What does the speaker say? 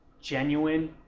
genuine